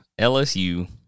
LSU